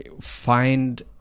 find